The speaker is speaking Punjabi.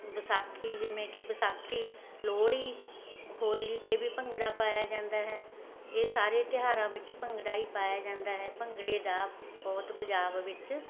ਵਿਸਾਖੀ ਜਿਵੇਂ ਕਿ ਵਿਸਾਖੀ ਲੋਹੜੀ ਹੋਲੀ 'ਤੇ ਵੀ ਭੰਗੜਾ ਪਾਇਆ ਜਾਂਦਾ ਹੈ ਇਹ ਸਾਰੇ ਤਿਉਹਾਰਾਂ ਵਿੱਚ ਭੰਗੜਾ ਹੀ ਪਾਇਆ ਜਾਂਦਾ ਹੈ ਭੰਗੜੇ ਦਾ ਬਹੁਤ ਪੰਜਾਬ ਵਿੱਚ